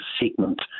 segment